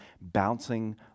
bouncing